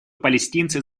палестинцы